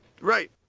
Right